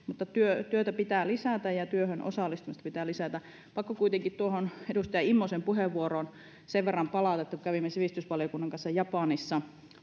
mutta työtä työtä pitää lisätä ja työhön osallistumista pitää lisätä pakko kuitenkin tuohon edustaja immosen puheenvuoroon sen verran palata että kävimme sivistysvaliokunnan kanssa japanissa